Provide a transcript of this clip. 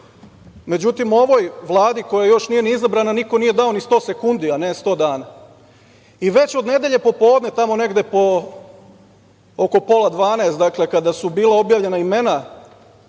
Međutim, ovoj Vladi koja još nije ni izabrana niko nije dao ni sto sekundi, a ne sto dana i već od nedelje popodne, tamo negde oko pola 12, kada su bila objavljena imena